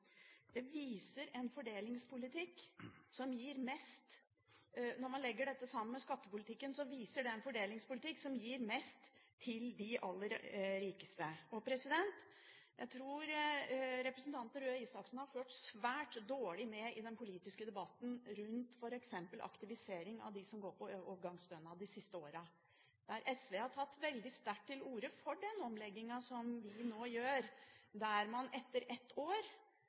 Når man legger dette sammen med skattepolitikken, viser det en fordelingspolitikk som gir mest til de aller rikeste. Jeg tror representanten Røe Isaksen de siste årene har fulgt svært dårlig med i den politiske debatten rundt f.eks. aktivisering av dem som går på overgangsstønad, der SV har tatt veldig sterkt til orde for den omleggingen som vi nå gjør, der man etter ett år